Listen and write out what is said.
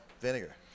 vinegar